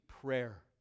Prayer